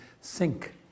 sink